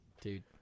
Dude